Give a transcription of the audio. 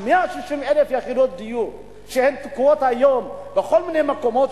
160,000 יחידות הדיור שהן תקועות היום בכל מיני מקומות,